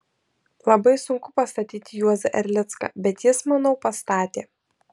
labai sunku pastatyti juozą erlicką bet jis manau pastatė